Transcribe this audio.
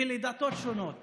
לדתות שונות